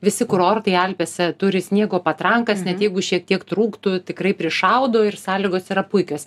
visi kurortai alpėse turi sniego patrankas net jeigu šiek tiek trūktų tikrai prišaudo ir sąlygos yra puikios